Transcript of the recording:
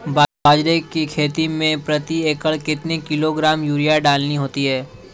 बाजरे की खेती में प्रति एकड़ कितने किलोग्राम यूरिया डालनी होती है?